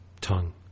tongue